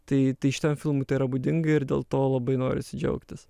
tai šitam filmui tai yra būdinga ir dėl to labai norisi džiaugtis